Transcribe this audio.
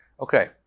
Okay